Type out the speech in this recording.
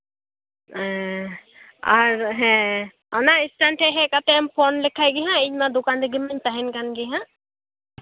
ᱟᱨ ᱦᱮᱸ ᱚᱱᱟ ᱥᱴᱮᱱᱰ ᱴᱷᱮᱡ ᱦᱮᱡ ᱠᱟᱛᱮᱢ ᱯᱷᱳᱱ ᱞᱮᱠᱷᱟᱡ ᱜᱮᱦᱟᱸᱜ ᱤᱧᱢᱟ ᱫᱚᱠᱟᱱ ᱨᱮᱜᱮ ᱦᱟᱸᱜ ᱤᱧ ᱛᱟᱦᱮᱱ ᱠᱟᱱ ᱜᱮ ᱦᱟᱸᱜ